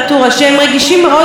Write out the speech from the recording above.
הם בסכנה.